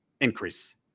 increase